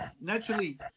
naturally